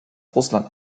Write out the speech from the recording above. russland